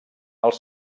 els